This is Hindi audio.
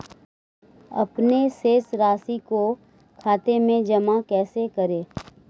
अपने शेष राशि को खाते में जमा कैसे करें?